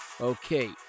Okay